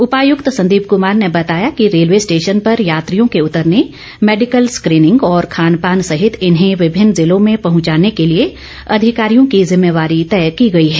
उपायुक्त संदीप कुमार ने बताया कि रेलवे स्टेशन पर यात्रियों के उतरने मैडिकल स्क्रीनिंग और खान पान सहित इन्हें विभिन्न जिलों में पहुंचाने के लिए अधिकारियों की जिम्मेवारी तय की गई है